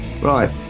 Right